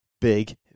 big